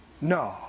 No